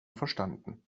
verstanden